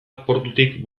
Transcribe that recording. portutik